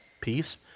peace